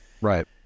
right